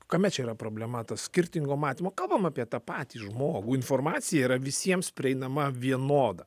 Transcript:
kame čia yra problema ta skirtingo mątymo kalbam apie tą patį žmogų informacija yra visiems prieinama vienoda